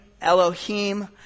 Elohim